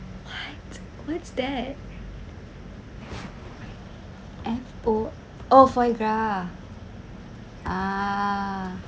what what's that F O oh foie gras uh